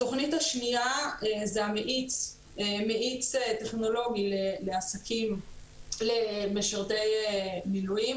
התכנית השנייה זה מאיץ טכנולוגי בעסקים למשרתי מילואים.